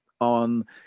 on